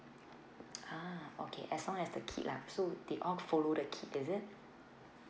ah okay as long as the kid lah so they all follow the kid is it